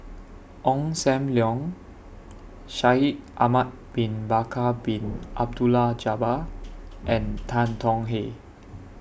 Ong SAM Leong Shaikh Ahmad Bin Bakar Bin Abdullah Jabbar and Tan Tong Hye